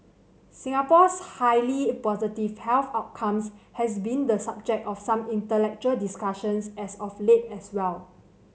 Singapore's highly positive health outcomes has been the subject of some intellectual discussions as of late as well